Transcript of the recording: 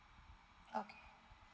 okay